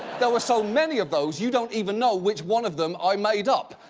there were so many of those, you don't even know which one of them i made up.